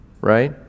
right